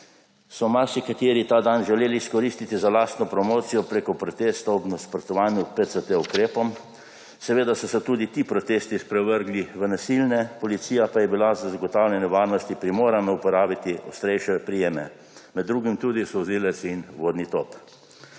so marsikateri ta dan želeli izkoristiti za lastno promocijo preko protestov ob nasprotovanju PCT ukrepom. Seveda so se tudi ti protesti sprevrgli v nasilne, policija pa je bila za zagotavljanje varnosti primorana uporabiti ostrejše prijeme, med drugim tudi solzivec in vodni top.